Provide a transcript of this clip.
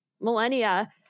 millennia